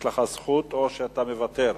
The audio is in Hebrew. יש לך זכות, או שאתה מוותר?